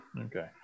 Okay